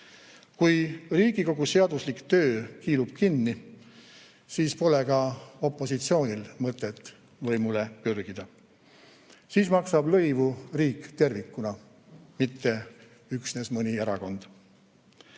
Kui Riigikogu seaduslik töö kiilub kinni, siis pole ka opositsioonil mõtet võimule pürgida. Siis maksab lõivu riik tervikuna, mitte üksnes mõni erakond.